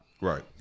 Right